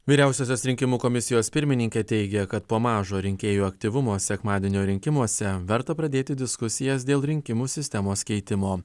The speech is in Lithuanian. vyriausiosios rinkimų komisijos pirmininkė teigia kad po mažo rinkėjų aktyvumo sekmadienio rinkimuose verta pradėti diskusijas dėl rinkimų sistemos keitimo